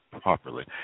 properly